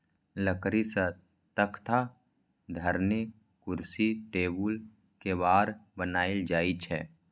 लकड़ी सं तख्ता, धरेन, कुर्सी, टेबुल, केबाड़ बनाएल जाइ छै